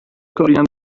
کاریم